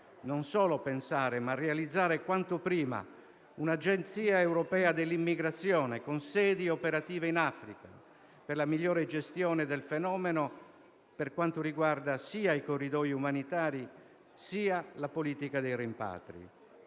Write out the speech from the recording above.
non solo pensare, ma realizzare quanto prima un'agenzia europea dell'immigrazione con sedi operative in Africa per la migliore gestione del fenomeno, per quanto riguarda sia i corridoi umanitari, sia la politica dei rimpatri.